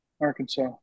Arkansas